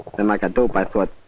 and like a dope i thought,